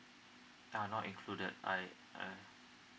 ah not included I uh